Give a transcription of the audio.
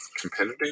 competitive